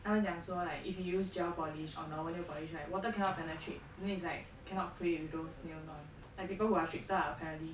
他们讲说 like if you use gel polish or normal nail polish right water cannot penetrate then it's like cannot pray with those nails on and people who are stricter are apparently